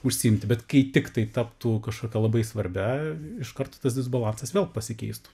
užsiimti bet kai tiktai taptų kažkokia labai svarbia iš karto tas disbalansas vėl pasikeistų